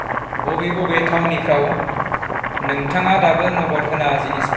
बबे बबे थावनिफ्राव नोंथाङा दाबो नगद होना जिनिस बायो